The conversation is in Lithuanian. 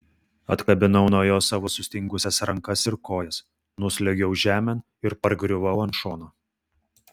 atkabinau nuo jo savo sustingusias rankas ir kojas nusliuogiau žemėn ir pargriuvau ant šono